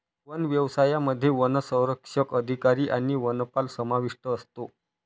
one व्यवसायामध्ये वनसंरक्षक अधिकारी आणि वनपाल समाविष्ट असतो